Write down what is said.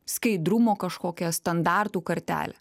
skaidrumo kažkokią standartų kartelę